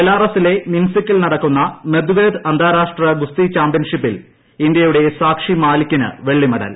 ബെലാറസിലെ മിൻസ്ക്കിൽ നടക്കുന്ന മെഡ്വേദ് അന്താരാഷ്ട്ര ഗുസ്തി ചാമ്പ്യൻഷിപ്പിൽ ഇന്ത്യയുടെ സാക്ഷി മാലിക്കിന് വെളളി മെഡൽ